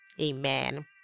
amen